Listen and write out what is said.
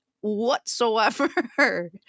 whatsoever